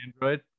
Android